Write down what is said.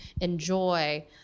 enjoy